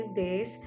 days